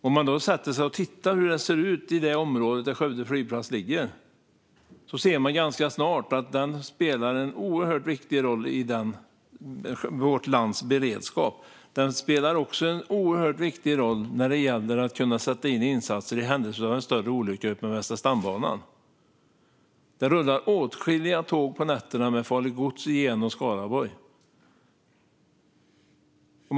Om man tittar på hur det ser ut i området där Skövde flygplats ligger ser man ganska snart att den spelar en oerhört viktig roll i vårt lands beredskap. Skövde flygplats spelar också en oerhört viktig roll när det gäller att kunna sätta in insatser i händelse av en större olycka utmed Västra stambanan. Det rullar åtskilliga tåg med farligt gods genom Skaraborg på nätterna.